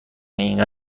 اینقدر